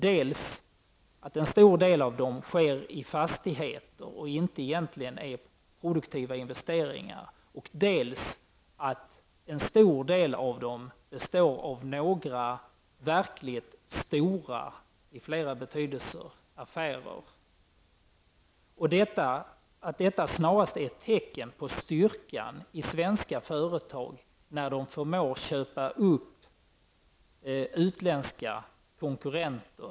Dels sker en stor del av investeringarna i fastigheter och de är egentligen inte produktiva investeringar, dels är många av dem verkligt stora, i flera betydelser, affärer. Att svenska företag förmår köpa upp utländska konkurrenter är snarast ett tecken på styrkan i svenska företag.